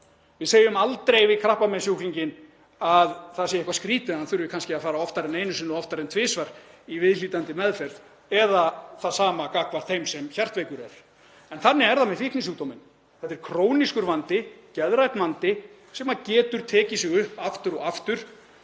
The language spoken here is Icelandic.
Við segjum aldrei við krabbameinssjúklinginn að það sé eitthvað skrýtið að hann þurfi kannski að fara oftar en einu sinni og oftar en tvisvar í viðhlítandi meðferð eða það sama gagnvart þeim sem hjartveikur er. En þannig er það með fíknisjúkdóminn; þetta er krónískur vandi, geðrænn vandi sem getur tekið sig upp aftur, og